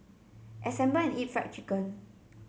assemble and eat fried chicken